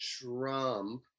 Trump